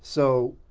so,